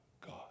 God